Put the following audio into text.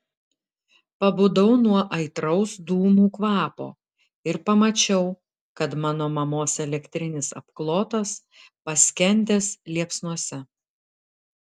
pabudau nuo aitraus dūmų kvapo ir pamačiau kad mano mamos elektrinis apklotas paskendęs liepsnose